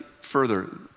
further